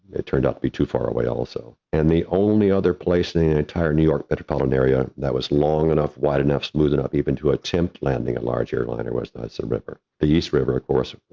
it turned out to be too far away also. and the only other place in the and entire new york metropolitan area that was long enough, wide enough, smooth enough even to attempt landing a large airliner was the hudson river, the east river, of course,